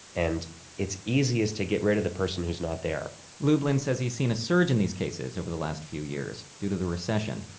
and it's easiest to get rid of the person who's not there lublin says he's seen a surge in these cases over the last few years due to the recession.